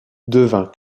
devient